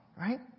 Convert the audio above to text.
right